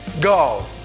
go